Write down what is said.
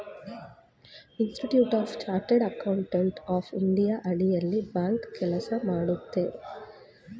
institute of chartered accountants of India ಅಡಿಯಲ್ಲಿ bank ಕೆಲಸ ಮಾಡುತ್ತದೆ